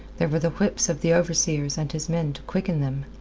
there were the whips of the overseer and his men to quicken them.